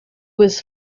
was